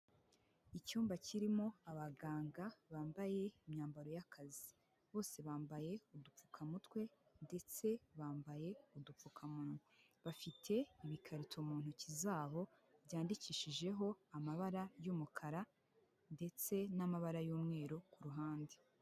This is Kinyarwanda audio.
Icyumba kirimo abaganga bambaye imyambaro y'akazi, bose bambaye udupfukamutwe ndetse bambaye udupfukamunwa, bafite ibikarito mu ntoki zabo byandikishijeho amabara y'umukara ndetse n'amabara y'umweru ku ruhande.